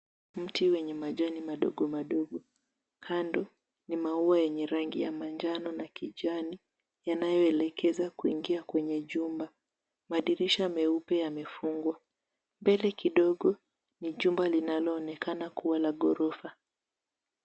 Mti wenye majani madogo madogo. Kando, ni maua yenye rangi ya manjano na kijani, yanayoelekeza kuingia kwenye jumba. Madirishi meupe yamefungwa. Mbele kidogo, ni jumba linaloonekana kuwa la ghorofa.